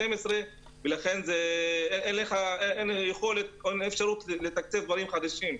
ולכן אין יכולת ואין אפשרות לתקצב דברים חדשים,